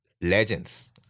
legends